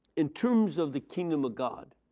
in terms of the kingdom of god.